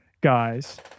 guys